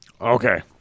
Okay